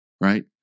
right